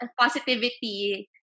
positivity